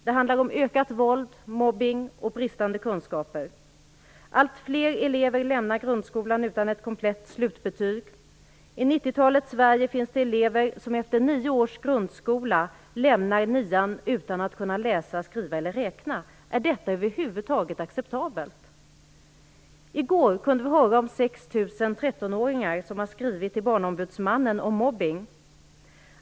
Det handlar om ökat våld, mobbning och bristande kunskaper. Allt fler elever lämnar grundskolan utan ett komplett slutbetyg. I 90-talets Sverige finns det elever som efter nio års grundskola inte kan läsa, skriva eller räkna. Är detta över huvud taget acceptabelt? I går kunde vi höra om 6 000 13-åringar som har skrivit till Barnombudsmannen om mobbning.